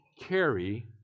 carry